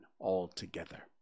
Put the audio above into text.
altogether